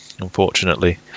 Unfortunately